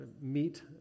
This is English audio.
meet